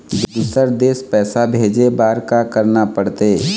दुसर देश पैसा भेजे बार का करना पड़ते?